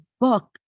book